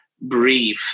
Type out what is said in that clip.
breathe